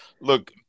Look